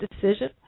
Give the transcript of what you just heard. decision